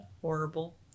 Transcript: horrible